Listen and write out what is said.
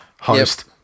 host